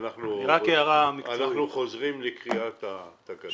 ונחזור לקריאת התקנות.